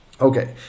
Okay